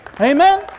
Amen